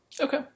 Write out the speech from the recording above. okay